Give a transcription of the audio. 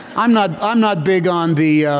i'm not i'm not big on the